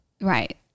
Right